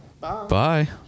Bye